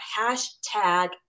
hashtag